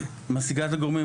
מעסיקה את הגורמים,